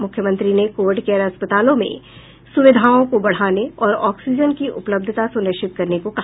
मुख्यमंत्री ने covid care अस्पतालों में सुविधाओं को बढ़ाने और ऑक्सीजन की उपलब्धता सुनिश्चित करने को कहा